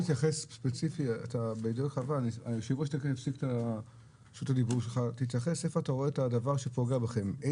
תאמר ברשות הדיבור שלך היכן אתה רואה את הדבר שפוגע בכם ותאמר